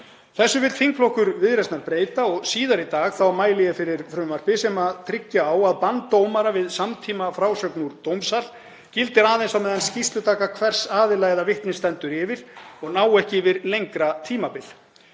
Þessu vill þingflokkur Viðreisnar breyta og síðar í dag mæli ég fyrir frumvarpi sem tryggja á að bann dómara við samtímafrásögn úr dómsal gildi aðeins á meðan skýrslutaka hvers aðila eða vitnis stendur yfir og nái ekki yfir lengra tímabil.